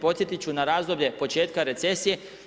Podsjetit ću na razdoblje početka recesije.